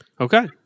Okay